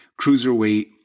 cruiserweight